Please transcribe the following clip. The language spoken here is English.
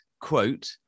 quote